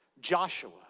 Joshua